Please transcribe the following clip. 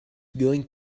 going